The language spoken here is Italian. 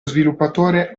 sviluppatore